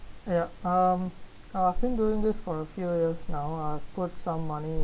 ya um I've been doing this for a few years now I've put some money